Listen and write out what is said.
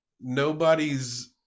nobody's